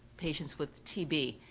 patients with tb.